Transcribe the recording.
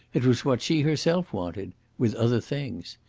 it was what she herself wanted with other things.